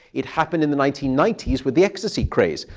it happened in the nineteen ninety s with the ecstasy craze,